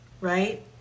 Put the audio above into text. right